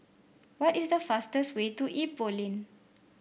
what is the fastest way to Ipoh Lane